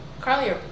Carly